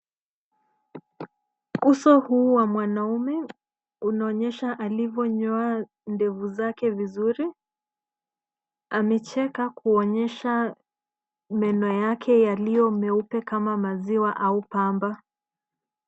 Uso huu wa mwanaume unaonyesha alivonyoa ndevu zake vizuri. Amecheka kuonyesha meno yake yaliyo meupe kama maziwa au pamba.